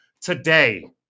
today